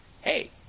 hey